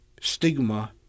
stigma